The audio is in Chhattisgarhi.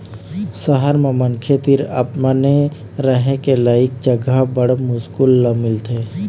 सहर म मनखे तीर अपने रहें के लइक जघा बड़ मुस्कुल ल मिलथे